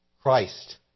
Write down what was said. Christ